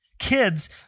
kids